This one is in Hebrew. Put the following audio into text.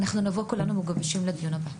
כולנו נבוא מגובשים לדיון הבא.